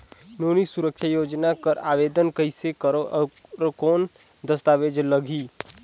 नोनी सुरक्षा योजना कर आवेदन कइसे करो? और कौन दस्तावेज लगही?